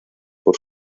por